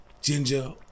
ginger